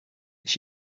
its